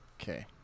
Okay